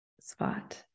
spot